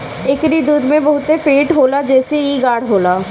एकरी दूध में बहुते फैट होला जेसे इ गाढ़ होला